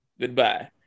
Goodbye